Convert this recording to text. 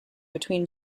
between